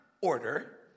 order